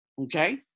Okay